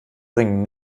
bringen